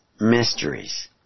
mysteries